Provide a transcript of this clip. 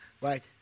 right